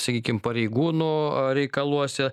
sakykim pareigūno reikaluose